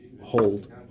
hold